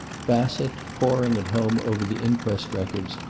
bassett, poring at home over the inquest records,